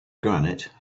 granite